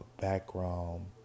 background